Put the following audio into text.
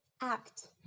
act